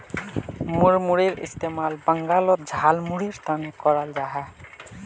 मुड़मुड़ेर इस्तेमाल बंगालोत झालमुढ़ीर तने कराल जाहा